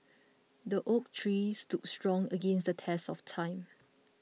the oak tree stood strong against the test of time